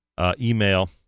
email